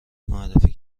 معرفی